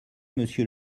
monsieur